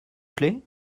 plait